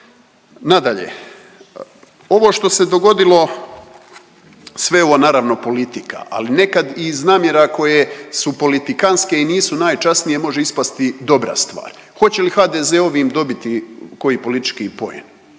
Nadalje, ovo što se dogodilo sve ovo je naravno politika ali nekad iz namjera koje su politikantska i nisu najčasnije može ispasti dobra stvar. Hoće li HDZ ovim dobiti koji politički poen?